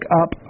up